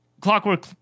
Clockwork